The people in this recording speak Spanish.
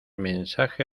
mensaje